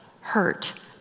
hurt